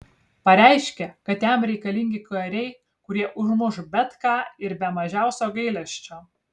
pareiškė kad jam reikalingi kariai kurie užmuš bet ką ir be mažiausio gailesčio